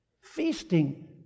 Feasting